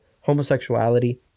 homosexuality